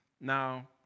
Now